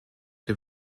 dem